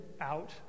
out